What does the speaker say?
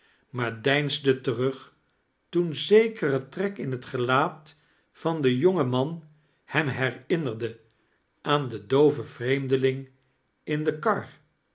maar deinsde terug toen zekere trek in het gelaat van den jongen man hem herinruerde aan den dooven vreeimdeling in de kar